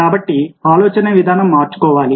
కాబట్టి ఆలోచనా విధానం మార్చుకోవాలి